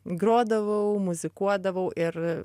grodavau muzikuodavau ir